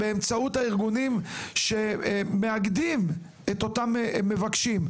באמצעות הארגונים שמאגדים את אותם מבקשים,